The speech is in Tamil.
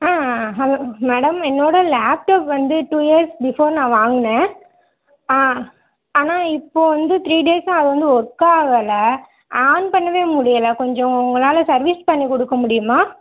ஆ ஹலோ மேடம் என்னோடய லேப்டாப் வந்து டூ இயர்ஸ் பிஃபோர் நான் வாங்கினேன் ஆ ஆனால் இப்போது வந்து த்ரீ டேஸாக வந்து ஒர்க் ஆகலை ஆன் பண்ணவே முடியலை கொஞ்சம் உங்களாலலே சர்வீஸ் பண்ணி கொடுக்க முடியுமா